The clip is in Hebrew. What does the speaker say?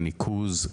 הניקוז,